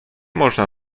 można